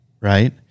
right